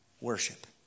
worship